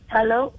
Hello